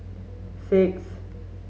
six